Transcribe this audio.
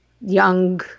young